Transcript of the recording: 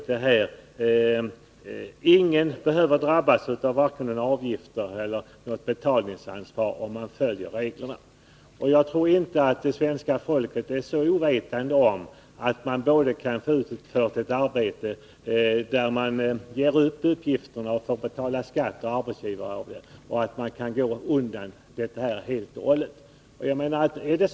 Men ingen behöver drabbas av vare sig avgifter eller betalningsansvar om reglerna följs. Jag tror inte att svenska folket är ovetande om att den som får ett arbete utfört mot betalning måste lämna inkomstuppgift och betala arbetsgivaravgift.